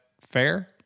fair